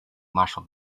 marshall